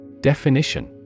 Definition